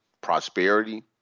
prosperity